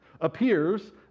appears